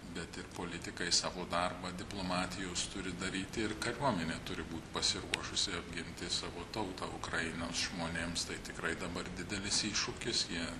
bet ir politikai savo darbą diplomatijos turi daryti ir kariuomenė turi būt pasiruošusi apginti savo tautą ukrainos žmonėms tai tikrai dabar didelis iššūkis jie